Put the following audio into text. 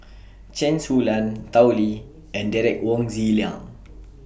Chen Su Lan Tao Li and Derek Wong Zi Liang